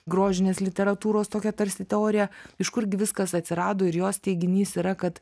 grožinės literatūros tokia tarsi teorija iš kur gi viskas atsirado ir jos teiginys yra kad